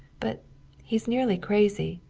but he's nearly crazy.